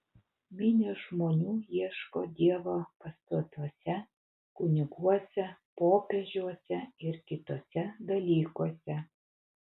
minios žmonių ieško dievo pastatuose kuniguose popiežiuose ir kituose dalykuose